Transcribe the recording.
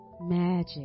magic